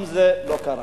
גם זה לא קרה.